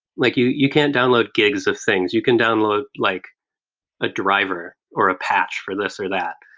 like you you can't download gigs of things. you can download like a driver, or a patch for this or that.